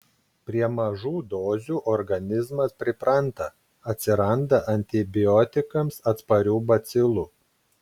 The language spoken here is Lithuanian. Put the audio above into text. prie mažų dozių organizmas pripranta atsiranda antibiotikams atsparių bacilų